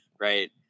right